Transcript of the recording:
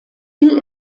stil